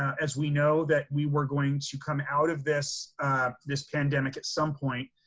as we know that we were going to come out of this this pandemic at some point,